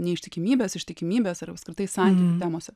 neištikimybės ištikimybės ar apskritai santykių temose